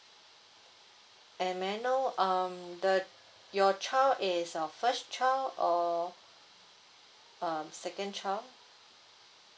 and may I know um the your child is your first child or um second child